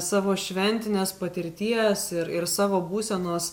savo šventinės patirties ir ir savo būsenos